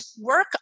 work